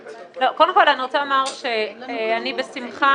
קודם כל, אני רוצה לומר שאני בשמחה